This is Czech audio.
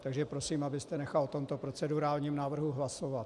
Takže prosím, abyste nechal o tomto procedurálním návrhu hlasovat.